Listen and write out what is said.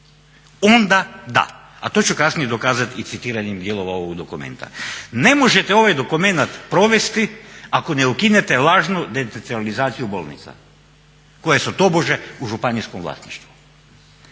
onda da a to ću kasnije dokazati i citiranjem dijelova ovog dokumenta. Ne možete ovaj dokumenat provesti ako ne ukinete lažnu decentralizaciju bolnica koje su tobože u županijskom vlasništvu.